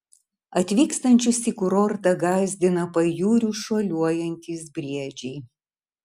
atvykstančius į kurortą gąsdina pajūriu šuoliuojantys briedžiai